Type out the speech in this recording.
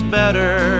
better